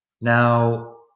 now